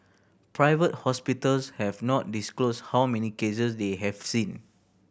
private hospitals have not disclosed how many cases they have seen